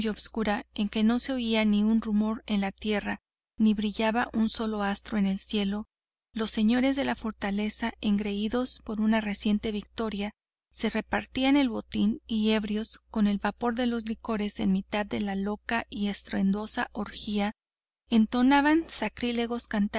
oscura en que no se oía ni un rumor en la tierra ni brillaba un solo astro en el cielo los señores de la fortaleza engreídos por una reciente victoria se repartían el botín y ebrios con el vapor de los licores en mitad de la boca y estruendosa orgía entonaban sacrílegos